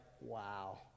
wow